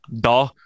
duh